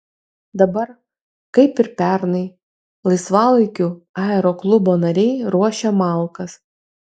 dabar kaip ir pernai laisvalaikiu aeroklubo nariai ruošia malkas